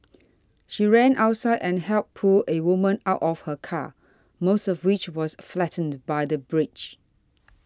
she ran outside and helped pull a woman out of her car most of which was flattened by the bridge